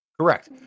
Correct